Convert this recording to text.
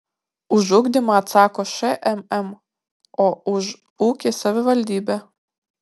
už ugdymą atsako šmm o už ūkį savivaldybė